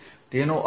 તેનો અર્થ શું છે